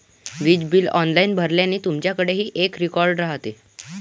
वीज bill online भरल्याने, तुमच्याकडेही एक रेकॉर्ड राहते